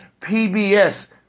PBS